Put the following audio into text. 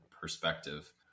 perspective